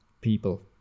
people